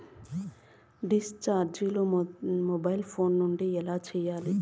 dish recharge mobile phone నుండి ఎలా సేయాలి